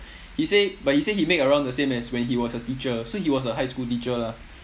he say but he say he make around the same as when he was a teacher so he was a high school teacher lah